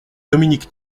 dominique